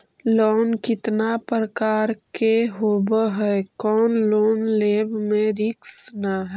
Loan कितना प्रकार के होबा है कोन लोन लेब में रिस्क न है?